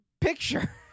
picture